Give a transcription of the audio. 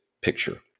picture